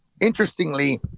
interestingly